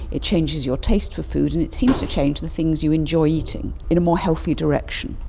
it changes your taste for food, and it seems to change the things you enjoy eating in a more healthy direction.